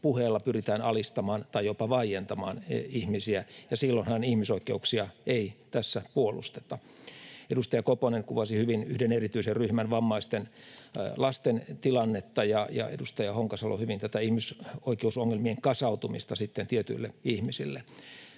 puheella pyritään alistamaan tai jopa vaientamaan ihmisiä. Silloinhan ihmisoikeuksia ei tässä puolusteta. Edustaja Koponen kuvasi hyvin yhden erityisen ryhmän, vammaisten lasten, tilannetta, ja edustaja Honkasalo hyvin tätä ihmisoikeusongelmien kasautumista tietyille ihmisille.